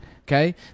okay